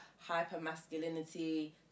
hyper-masculinity